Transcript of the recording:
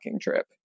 trip